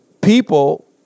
people